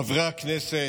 חברי הכנסת,